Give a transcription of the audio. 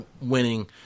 winning